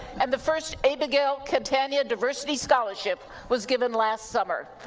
and the first abagail catania diversity scholarship was given last summer.